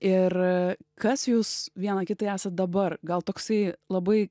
ir kas jūs viena kitai esat dabar gal toksai labai